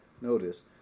notice